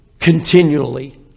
Continually